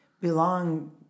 belong